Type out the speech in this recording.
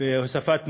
הוספת מומחים,